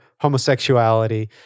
homosexuality